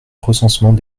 recensement